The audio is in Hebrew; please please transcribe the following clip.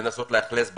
לנסות לאכלס בקהילה,